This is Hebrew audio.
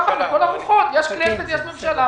לכל הרוחות, יש כנסת, יש ממשלה.